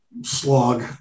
slog